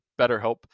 BetterHelp